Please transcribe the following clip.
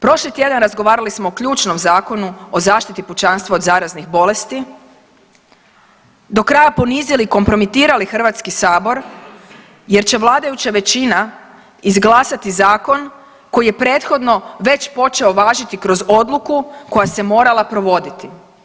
Prošli tjedan razgovarali smo o ključnom Zakonu o zaštiti pučanstva od zaraznih bolesti, do kraja ponizili, kompromitirali Hrvatski sabor jer će vladajuća većina izglasati zakon koji je prethodno već počeo važiti kroz odluku koja se morala provoditi.